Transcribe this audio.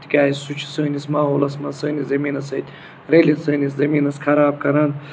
تِکیازِ سُہ چھُ سٲنِس ماحولَس منٛز سٲنِس زٔمیٖنَس سۭتۍ رٔلِتھ سٲنِس زٔمیٖنَس خراب کَران